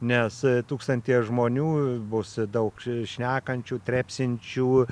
nes tūkstanties žmonių bus daug šnekančių trepsinčių